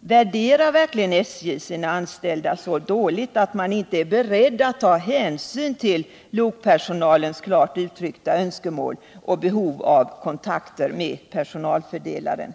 Värderar verkligen SJ sina anställda så dåligt att man inte är beredd att ta hänsyn till lokpersonalens klart uttryckta önskemål om och behov av kontakter med personalfördelaren?